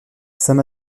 saint